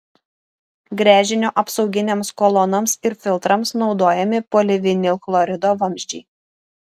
gręžinio apsauginėms kolonoms ir filtrams naudojami polivinilchlorido vamzdžiai